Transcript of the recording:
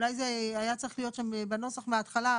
אולי זה היה צריך להיות שם בנוסח מההתחלה,